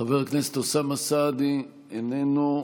חבר הכנסת אוסאמה סעדי, איננו.